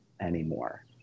anymore